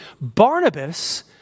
Barnabas